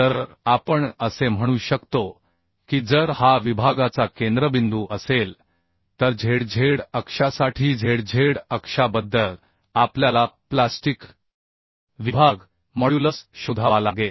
तर आपण असे म्हणू शकतो की जर हा विभागाचा केंद्रबिंदू असेल तर zz अक्षासाठी zz अक्षाबद्दल आपल्याला प्लास्टिक विभाग मॉड्युलस शोधावा लागेल